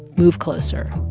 move closer.